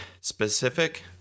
Specific